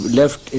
left